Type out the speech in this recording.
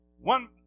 one